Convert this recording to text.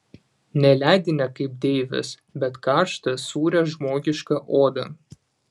ne ledinę kaip deivės bet karštą sūrią žmogišką odą